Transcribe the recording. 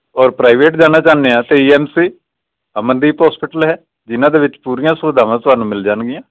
ਔਰ ਪ੍ਰਾਈਵੇਟ ਜਾਣਾ ਚਾਹੁੰਦੇ ਆ C M C Amandeep hospital ਹੈ ਜਿਹਨਾਂ ਦੇ ਵਿੱਚ ਪੂਰੀਆਂ ਸੁਵਿਧਾਵਾਂ ਤੁਹਾਨੂੰ ਮਿਲ ਜਾਣਗੀਆਂ